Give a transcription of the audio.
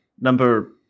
number